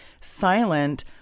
silent